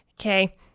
okay